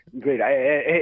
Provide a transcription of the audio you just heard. Great